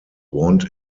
want